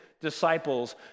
disciples